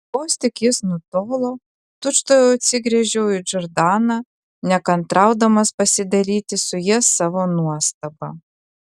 vos tik jis nutolo tučtuojau atsigręžiau į džordaną nekantraudamas pasidalyti su ja savo nuostaba